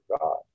God